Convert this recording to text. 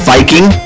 Viking